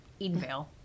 Edenvale